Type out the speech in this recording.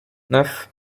neuf